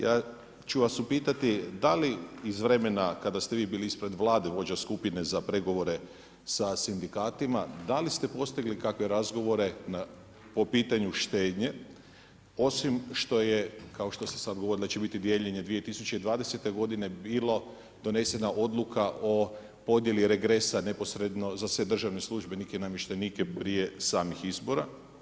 Ja ću vas upitati da li iz vremena kada ste vi bili ispred Vlade vođa skupine za pregovore sa sindikatima, da li ste postigli kakve razgovore po pitanju štednje osim što je, kao što ste sada govorili da će biti dijeljenje 2020. godine bila donesena odluka o podjeli regresa neposredno za sve državne službenike i namještenike prije samih izbora.